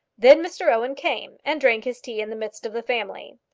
then mr owen came and drank his tea in the midst of the family.